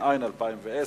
התש"ע 2010,